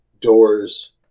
doors